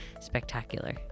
spectacular